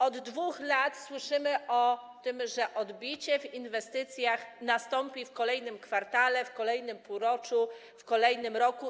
Od 2 lat słyszymy o tym, że odbicie w inwestycjach nastąpi w kolejnym kwartale, w kolejnym półroczu, w kolejnym roku.